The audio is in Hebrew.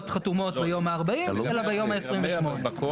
חתומות ביום ה-40 אלא ביום ה-28.